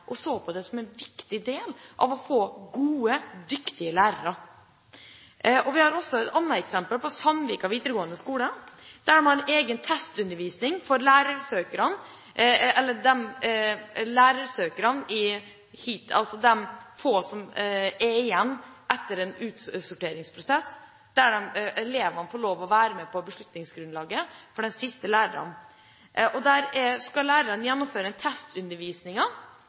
og så på det som en viktig del for å få gode, dyktige lærere. Sandvika videregående skole er et annet eksempel. Der har man en egen testundervisning for de få søkerne som er igjen etter en utsilingsprosess. Elevene får være med i beslutningen når det gjelder de siste lærerne. Lærerne skal gjennomføre en testundervisning for elevene med andre lærere og skoleledelsen til stede. De skal holde en